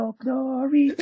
glory